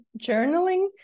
journaling